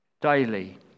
daily